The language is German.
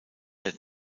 der